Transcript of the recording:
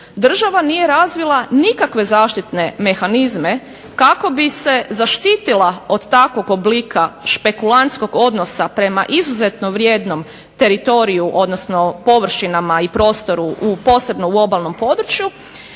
država nije razvila nikakve zaštitne mehanizme kako bi se zaštitila od takvog oblika špekulantskog odnosa prema izuzetno vrijednom teritoriju, odnosno površinama i prostoru posebno u obalnom području